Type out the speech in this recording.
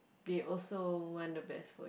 they also want the best for